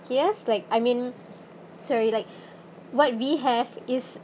luckiest like I mean sorry like what we have is